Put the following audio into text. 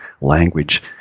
language